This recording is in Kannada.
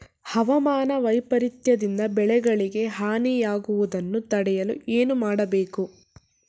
ಹವಾಮಾನ ವೈಪರಿತ್ಯ ದಿಂದ ಬೆಳೆಗಳಿಗೆ ಹಾನಿ ಯಾಗುವುದನ್ನು ತಡೆಯಲು ಏನು ಮಾಡಬೇಕು?